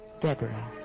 Deborah